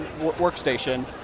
workstation